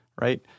right